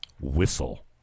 Whistle